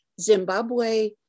Zimbabwe